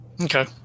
Okay